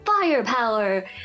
firepower